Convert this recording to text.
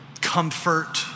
comfort